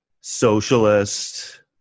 Socialist